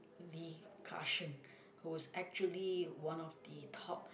Li Ka-shing who's actually one of the top